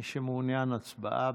מי שמעוניין, הצבעה,